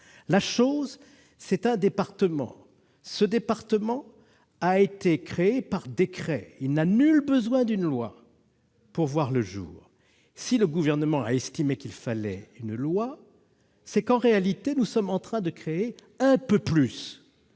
La chose, c'est un département créé par décret. Celui-ci n'a nul besoin d'une loi pour voir le jour. Et si le Gouvernement a estimé qu'il fallait une loi, c'est que, en réalité, nous sommes en train de créer un peu plus